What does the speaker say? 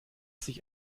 sich